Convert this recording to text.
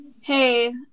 hey